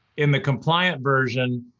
in the compliant version,